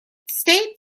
state